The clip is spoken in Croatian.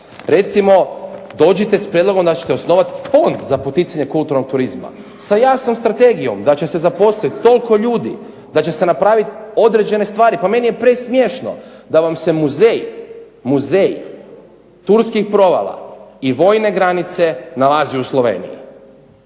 Recimo dođite s prijedlogom da ćete osnovati Fond za poticanje kulturnog turizma, sa jasnom strategijom da će se zaposliti toliko ljudi, da će se napraviti određene stvari. Pa meni je presmiješno da vam se muzej, muzej turskih provala i vojne granice nalazi u Sloveniji.